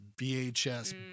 vhs